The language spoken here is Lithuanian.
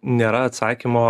nėra atsakymo